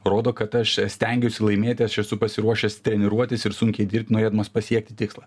rodo kad aš stengiuosi laimėti aš esu pasiruošęs treniruotis ir sunkiai dirbt norėdamas pasiekti tikslą